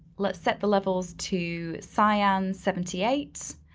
let's set the levels to cyan seventy eight,